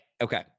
Okay